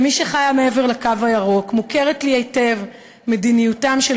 כמי שחיה מעבר לקו הירוק מוכרת לי היטב מדיניותם של